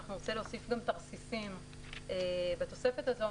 אנחנו נרצה להוסיף גם תרסיסים בתוספת הזאת.